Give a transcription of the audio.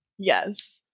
Yes